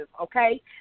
okay